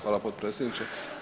Hvala potpredsjedniče.